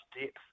depth